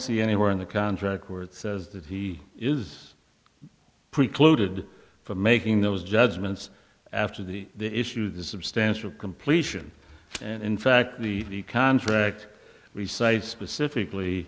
see anywhere in the contract worth says that he is precluded from making those judgments after the the issue the substantial completion and in fact the contract resized specifically